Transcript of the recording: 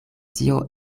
tio